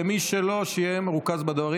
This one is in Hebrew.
ומי שלא, שיהיה מרוכז בדברים.